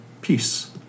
Peace